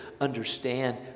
understand